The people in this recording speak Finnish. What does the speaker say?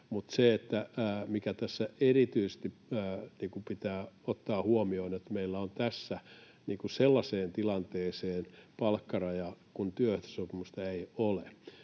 Mutta tässä erityisesti pitää ottaa huomioon se, että meillä on tässä sellaiseen tilanteeseen palkkaraja, kun työehtosopimusta ei ole.